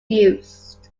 used